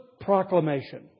proclamation